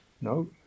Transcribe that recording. No